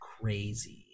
crazy